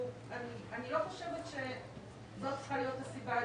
אני לא חושבת שזו צריכה להיות הסיבה.